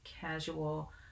casual